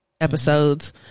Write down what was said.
episodes